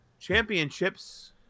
championships